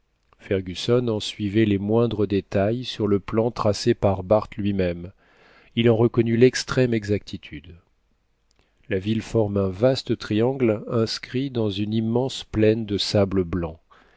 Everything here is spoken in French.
fergusson en suivait les moindres détails sur le plan tracé par barth lui-même il en reconnut l'extrême exactitude la ville forme un vaste triangle inscrit dans une immense plaine de sable blanc